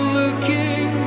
looking